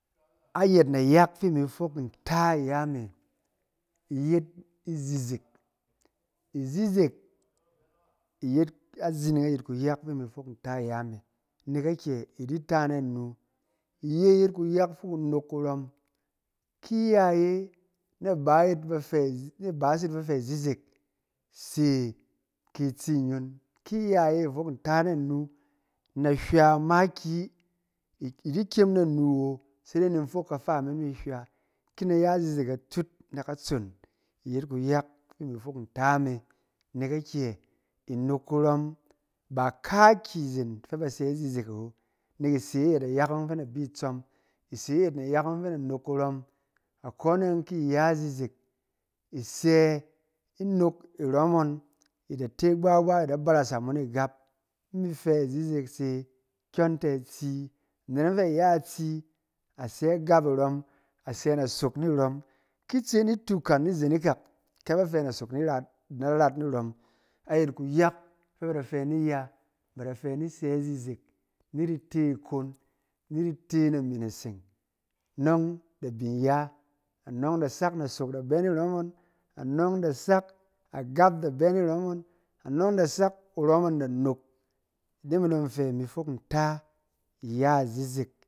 Ayɛt nayak fi imi fok nta iya me yet izizek. Izizek yet azining ayɛt kuyak fi imi fok nta ya me. Nɛk akyɛ i di ta nanu, iye ye kuyak fi inok kurɔm, ki iya ye na iba yit ba fɛ- na ibaas yit ba fɛ izizek se ki itsi nyon. Ki iya ye da fok nta nanu, na hywa makiyi, i di kyem nanu wo, sede in fok kafa me mi hywa. Ki na ya izizek atut na katsong i yet kunak fi imi fok nta me. Nɛk akyɛ i nok kurɔm, ba kakyi zen fɛ ba sɛ izizek awo. Nɛk i se ayɛt nayak ɔng fɛ na bi tsɔm, i se ayɛt nayak ɔng fɛ na nok kurɔm. Akone yɔng ki i ya izizek, i sɛ inok irɔm ngɔn, i da te gbagba, i da barasa mo ne gap. In mi fɛ izizek se kyɔng tɛ itsi, anet ɔng fɛ a ya itsi, a sɛ agap irɔm, a sɛ nasok ni rɔm. Ki i tse nitu kan ni zen ikak, kɛ ba fɛ nasok irat, na rat ni rɔm ayɛt kayak fɛ ba da fɛ ni ya, ba da fɛ ni sɛ izizek, ni di te ikong, ni di te name naseng, nɔng da bin ya. Anɔng da sak nasok da bɛ ni rɔm ngɔn, anɔng da sak agap da bɛ ni rɔm ngɔn, anɔng da sak kurom ngɔn da nok. Ide me dɔng fɛ i mi fok nta iya izizek.